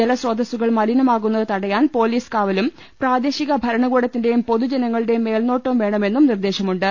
ജല സ്രോതസ്സുകൾ മലിനമാകുന്നത് തടയാൻ പൊലിസ് കാവലും പ്രാദേ ശിക ഭരണകൂടത്തിന്റെയും പൊതുജനങ്ങളുടെയും മേൽനോട്ടവും വേണമെന്നും നിർദേശമുണ്ട്